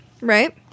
right